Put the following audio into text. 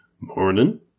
Morning